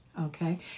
okay